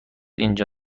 اینجا